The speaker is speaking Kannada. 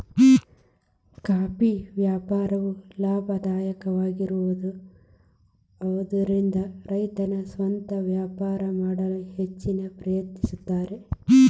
ಕಾಫಿ ವ್ಯಾಪಾರವು ಲಾಭದಾಯಕವಾಗಿರುವದರಿಂದ ರೈತರು ಸ್ವಂತ ವ್ಯಾಪಾರ ಮಾಡಲು ಹೆಚ್ಚ ಪ್ರಯತ್ನಿಸುತ್ತಾರೆ